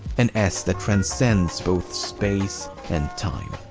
an s that transcends both space and time.